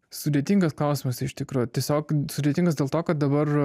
sudėtingas klausimas iš tikro tiesiog sudėtingas dėl to kad dabar